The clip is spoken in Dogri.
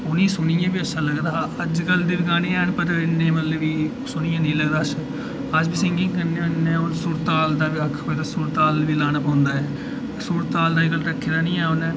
उ'नें ई सुनियै बी अच्छा लगदा हा अज्जकल दे गाने हैन पर इ'न्ने मतलब की सुनियै निं लगदा अच्छा अस बी सिंगिंग करने होने सुर ताल बी लाना पौंदा ऐ सुर ताल अज्जकल ते रक्खे दा निं ऐ उ'न्ने